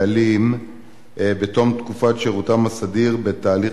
הצעת חוק קליטת חיילים משוחררים (תיקון מס' 14)